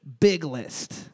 Biglist